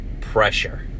Pressure